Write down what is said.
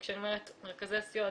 וכשאני אומרת מרכזי הסיוע,